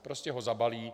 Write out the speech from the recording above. Prostě ho zabalí.